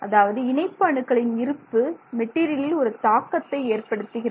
அதாவது இணைப்பு அணுக்களின் இருப்பு மெட்டீரியலில் ஒரு தாக்கத்தை ஏற்படுத்துகிறது